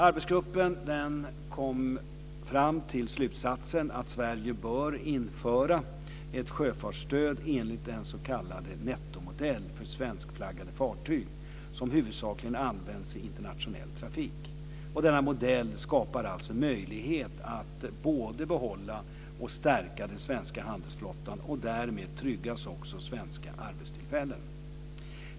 Arbetsgruppen kom fram till slutsatsen att Sverige bör införa ett sjöfartsstöd enligt den s.k. nettomodell för svenskflaggade fartyg som huvudsakligen används i internationell trafik. Denna modell skapar alltså möjligheter att både behålla och stärka den svenska handelsflottan, och därmed tryggas också svenska arbetstillfällen.